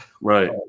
Right